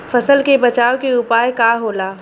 फसल के बचाव के उपाय का होला?